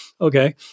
Okay